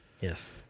Yes